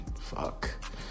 Fuck